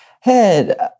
head